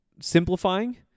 simplifying